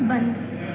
बंदि